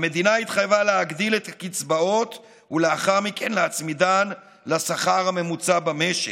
המדינה התחייבה להגדיל את הקצבאות ולאחר מכן להצמידן לשכר הממוצע במשק,